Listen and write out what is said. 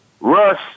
Russ